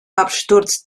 absturz